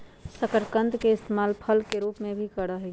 शकरकंदवा के इस्तेमाल फल के रूप में भी करा हई